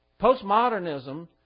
Postmodernism